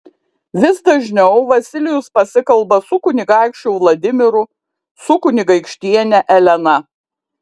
vis dažniau vasilijus pasikalba su kunigaikščiu vladimiru su kunigaikštiene elena